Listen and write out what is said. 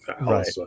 right